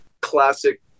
classic